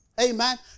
Amen